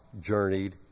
journeyed